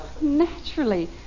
Naturally